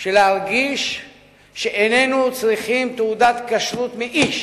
של להרגיש שאיננו צריכים תעודת כשרות מאיש